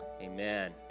Amen